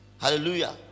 Hallelujah